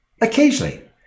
occasionally